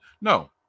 No